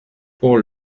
pour